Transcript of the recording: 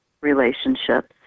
relationships